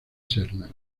serna